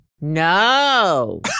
No